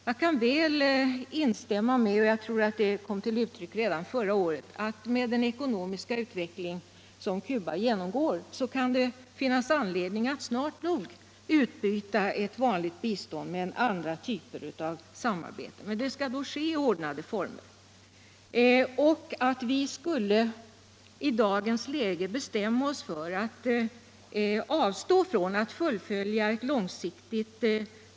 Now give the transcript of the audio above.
Jag kan instämma i — och jag tror att det kom till uttryck redan förra året — att det med den ckonomiska utveckling som Cuba genomgår snart nog kan finnas anledning att utbyta ett vanligt bistånd mot andra typer av samarbete, men det skall då ske i ordnade former. Att i dagens läge bestämma oss för att avstå från att fullfölja ett långsiktigt.